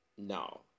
No